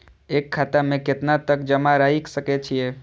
एक खाता में केतना तक जमा राईख सके छिए?